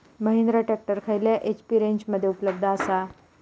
Mahindra tractor खयल्या HP रेंजमध्ये उपलब्ध आसा?